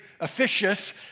officious